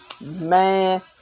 Man